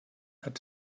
hat